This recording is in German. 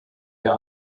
der